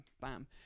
bam